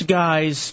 guys